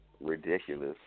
ridiculous